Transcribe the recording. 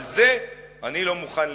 על זה אני לא מוכן לדבר.